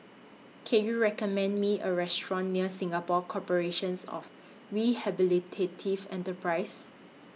Can YOU recommend Me A Restaurant near Singapore Corporations of Rehabilitative Enterprises